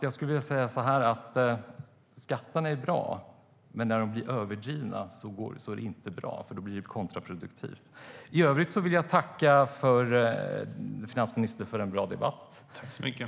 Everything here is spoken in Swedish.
Jag skulle alltså vilja säga att skatterna är bra men att det inte är bra när de blir överdrivna, för då blir det kontraproduktivt. I övrigt vill jag tacka finansministern för en bra debatt.